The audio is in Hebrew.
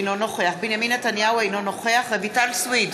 אינו נוכח בנימין נתניהו, אינו נוכח רויטל סויד,